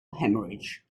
hemorrhage